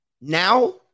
Now